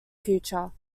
future